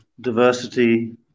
diversity